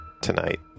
tonight